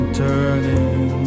turning